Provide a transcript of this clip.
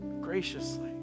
Graciously